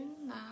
now